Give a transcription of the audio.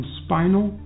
spinal